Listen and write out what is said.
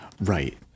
Right